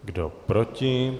Kdo proti?